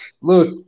look